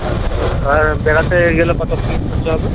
আচ্ছা আর বেড়াতে গেলে কত কী খরচা হবে